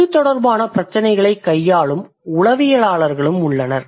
மொழி தொடர்பான பிரச்சினைகளைக் கையாளும் உளவியலாளர்களும் உள்ளனர்